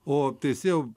o teisėjau